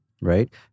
Right